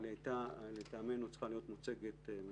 אבל לטעמנו, היא הייתה צריכה להיות מוצגת מראש.